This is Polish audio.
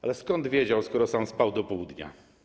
Ale skąd to wiedział, skoro sam spał do południa?